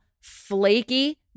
flaky